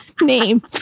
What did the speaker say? name